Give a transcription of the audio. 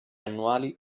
annuali